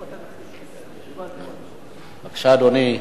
בבקשה, אדוני,